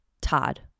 Todd